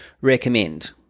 recommend